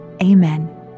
amen